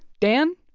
dan,